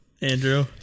andrew